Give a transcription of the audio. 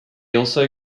also